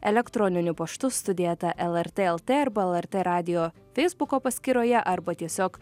elektroniniu paštu studija eta lrt lt arba lrt radijo feisbuko paskyroje arba tiesiog